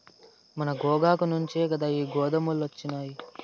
మన గోగాకు నుంచే కదా ఈ గోతాములొచ్చినాయి